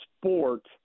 sport